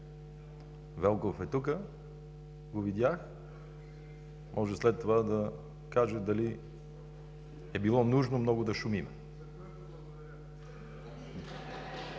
Велков е тук, видях го, може след това да каже дали е било нужно много да шумим.